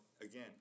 again